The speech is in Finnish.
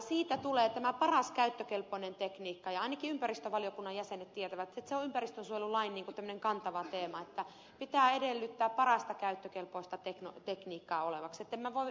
siitä tulee tämä paras käyttökelpoinen tekniikka ja ainakin ympäristövaliokunnan jäsenet tietävät että se on ympäristönsuojelulain tämmöinen kantava teema että pitää edellyttää parasta käyttökelpoista tekniikkaa olevaksi joten minä en voi yhtyä ed